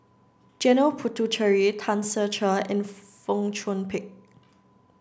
Janil Puthucheary Tan Ser Cher and Fong Chong Pik